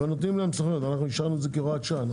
אישרנו את זה כהוראת שעה.